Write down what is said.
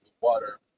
water